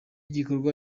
gikorwa